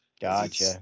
Gotcha